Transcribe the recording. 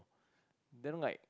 then like